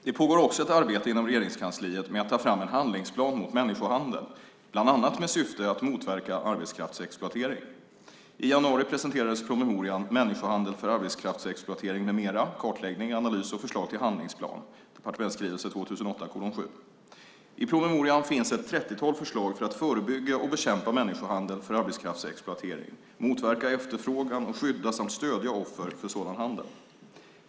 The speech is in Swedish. Det pågår också ett arbete inom Regeringskansliet med att ta fram en handlingsplan mot människohandel, bland annat med syfte att motverka arbetskraftsexploatering. I januari presenterades promemorian Människohandel för arbetskraftsexploatering m.m. - kartläggning, analys och förslag till handlingsplan, Ds 2008:7 . I promemorian finns ett 30-tal förslag för att förebygga och bekämpa människohandel för arbetskraftsexploatering, motverka efterfrågan och skydda samt stödja offer för sådan handel.